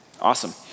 Awesome